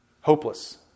Hopeless